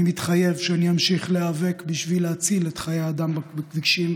אני מתחייב שאני אמשיך להיאבק בשביל להציל את חיי האדם בכבישים,